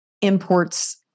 imports